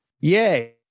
Yay